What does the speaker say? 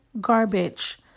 garbage